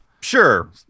Sure